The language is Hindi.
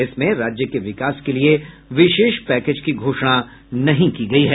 इसमें राज्य के विकास के लिये विशेष पैकेज की घोषणा नहीं की गयी है